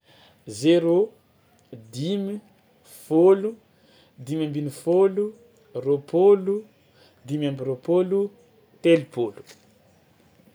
Zéro, dimy, fôlo, dimy ambinifôlo, roapôlo, dimy amby roapôlo, telopôlo.